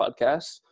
podcast